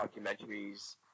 documentaries